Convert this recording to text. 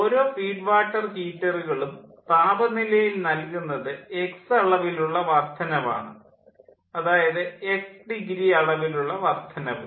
ഓരോ feed water ഹീറ്ററുകളും താപനിലയിൽ നൽകുന്നത് എക്സ് അളവിലുള്ള വർദ്ധനവ് ആണ് അതായത് എക്സ് ഡിഗ്രി അളവിലുള്ള വർദ്ധനവ്